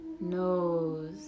Nose